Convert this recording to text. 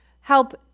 help